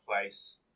place